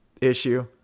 issue